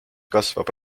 kasvab